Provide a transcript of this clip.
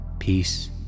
Peace